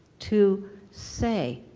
to say,